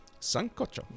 sancocho